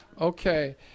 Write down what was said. Okay